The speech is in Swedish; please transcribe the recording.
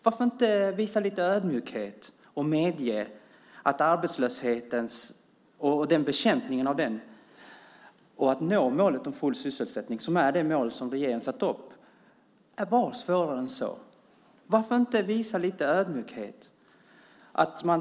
Varför inte visa lite ödmjukhet och medge att bekämpningen av arbetslösheten och att nå målet om full sysselsättning, som är det mål som regeringen har satt upp, var svårare än så. Varför inte visa lite ödmjukhet?